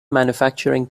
manufacturing